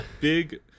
big